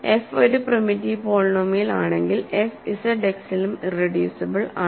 f ഒരു primitive polynomial ആണെങ്കിൽ f ZX ലും ഇറെഡ്യൂസിബിൾ ആണ്